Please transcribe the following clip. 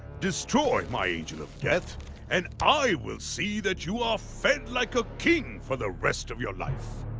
destroy my angel of death and i will see that you are fed like a king for the rest of your life.